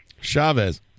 Chavez